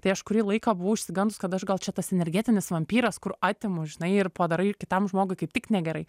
tai aš kurį laiką buvau išsigandus kad aš gal čia tas energetinis vampyras kur atimu žinai ir padarai ir kitam žmogui kaip tik negerai